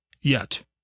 Yet